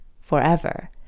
forever